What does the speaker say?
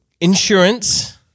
insurance